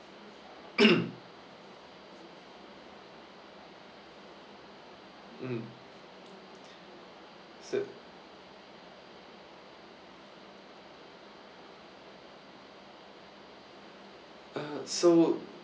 mm uh so